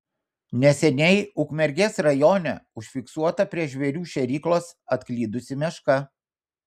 neseniai ukmergės rajone užfiksuota prie žvėrių šėryklos atklydusi meška